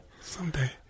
someday